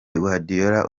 guardiola